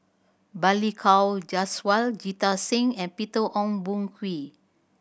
Balli Kaur Jaswal Jita Singh and Peter Ong Boon Kwee